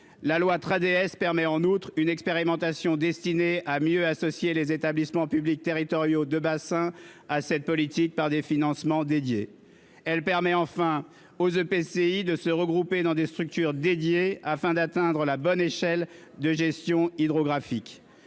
loi 3DS, a ouvert une expérimentation destinée à mieux associer les établissements publics territoriaux de bassin à cette politique, par des financements dédiés. Elle permet également aux EPCI de se regrouper dans des structures dédiées afin d'atteindre la bonne échelle de gestion hydrographique.